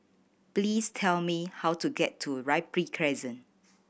please tell me how to get to Ripley Crescent